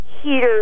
heaters